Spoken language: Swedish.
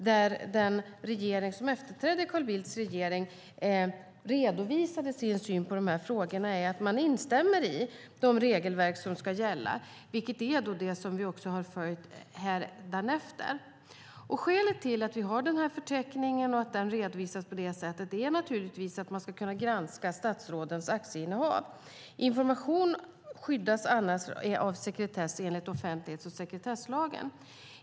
Den regering som efterträdde Carl Bildts regering redovisade sin syn på frågorna. Man instämde i vilka regelverk som ska gälla, som vi sedan dess har följt. Skälet till att förteckningen finns och att den redovisas på det sättet är att statsrådens aktieinnehav ska kunna granskas. Information skyddas annars av sekretess enligt offentlighets och sekretesslagen.